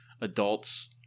adults